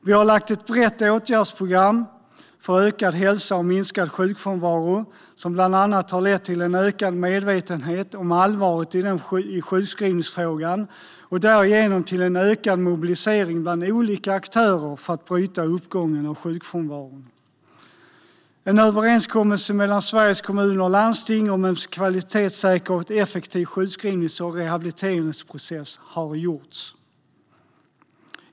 Vi har lagt fram ett brett åtgärdsprogram för ökad hälsa och minskad sjukfrånvaro som bland annat har lett till en ökad medvetenhet om allvaret i sjukskrivningsfrågan och därigenom till en ökad mobilisering bland olika aktörer för att bryta uppgången i sjukfrånvaron. En överenskommelse har gjorts mellan Sveriges kommuner och landsting om en kvalitetssäker och effektiv sjukskrivnings och rehabiliteringsprocess.